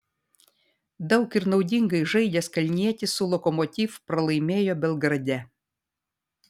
daug ir naudingai žaidęs kalnietis su lokomotiv pralaimėjo belgrade